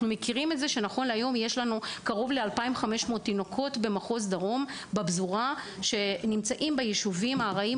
כיום יש קרוב ל-2,500 תינוקות בפזורה הבדואית הדרומית